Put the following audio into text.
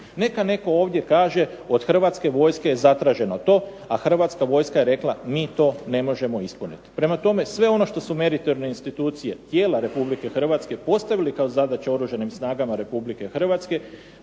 Neka netko ovdje kaže od Hrvatske vojske je zatraženo to, a Hrvatska vojska je rekla mi to ne možemo ispuniti. Prema tome, sve ono što su meritorne institucije, tijela Republike Hrvatske postavile kao zadaću oružanim snagama Republike Hrvatske,